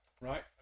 right